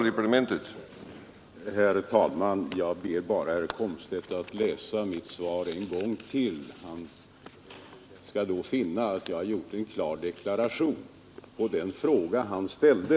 Herr talman! Jag ber bara herr Komstedt att läsa mitt svar en gång till. Han skall då finna att jag har gjort en klar deklaration på den fråga han ställde.